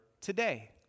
today